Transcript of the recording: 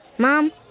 Mom